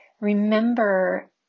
Remember